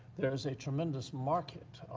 there is a tremendous market,